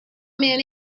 men